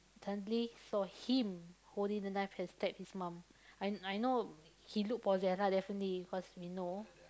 suddenly saw him holding the knife and stab his mum I I know he look possess lah definitely cause we know